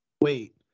wait